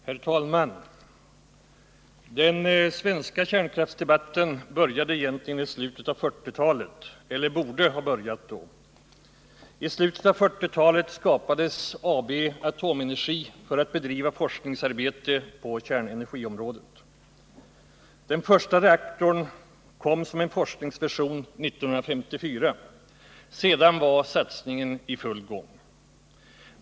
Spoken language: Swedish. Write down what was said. Herr talman! Den svenska kärnkraftsdebatten började egentligen i slutet av 1940-talet, eller borde ha börjat då. I slutet av 1940-talet skapades AB Atomenergi för att bedriva forskningsarbete på kärnenergiområdet. Den första reaktorn kom som en forskningsversion 1954. Sedan var satsningen i full gång.